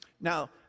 Now